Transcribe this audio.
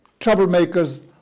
troublemakers